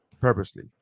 purposely